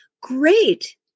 great